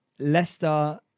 Leicester